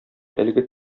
әлеге